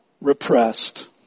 Repressed